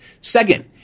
Second